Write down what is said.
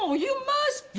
you must